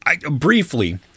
Briefly